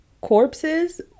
corpses